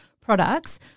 products